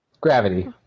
Gravity